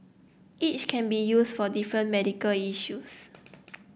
each can be used for different medical issues